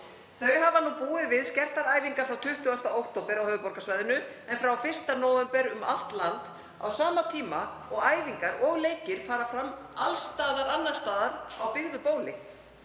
Þau hafa búið við skertar æfingar frá 20. október á höfuðborgarsvæðinu, en frá 1. nóvember um allt land, á sama tíma og æfingar og leikir fara fram alls staðar annars staðar á byggðu bóli.